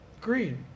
green